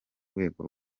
rwego